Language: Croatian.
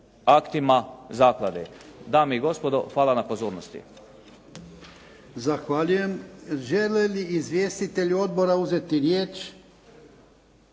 aktima zaklade. Dame i gospodo, hvala na pozornosti.